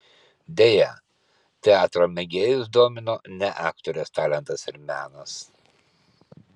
deja teatro mėgėjus domino ne aktorės talentas ir menas